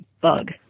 bug